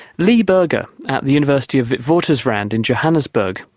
lee berger at the university of witwatersrand in johannesburg,